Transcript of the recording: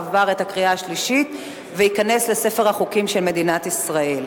עבר בקריאה שלישית וייכנס לספר החוקים של מדינת ישראל.